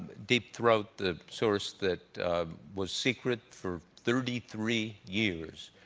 deep throat, the source that was secret for thirty three years,